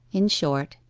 in short,